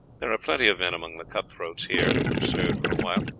there are plenty of men among the cut-throats here who have served for a while,